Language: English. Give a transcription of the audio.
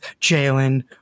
Jalen